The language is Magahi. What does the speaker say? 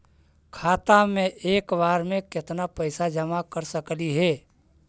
खाता मे एक बार मे केत्ना पैसा जमा कर सकली हे?